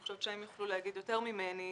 ואני חושבת שהם יוכלו להגיד יותר ממני,